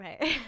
right